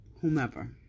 whomever